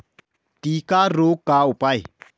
टिक्का रोग का उपाय?